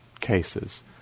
cases